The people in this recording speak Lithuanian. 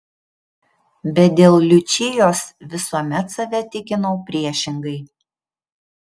bet dėl liučijos visuomet save tikinau priešingai